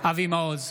אבי מעוז,